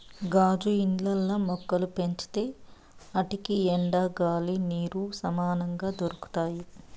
గాజు ఇండ్లల్ల మొక్కలు పెంచితే ఆటికి ఎండ, గాలి, నీరు సమంగా దొరకతాయి